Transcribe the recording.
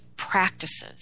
Practices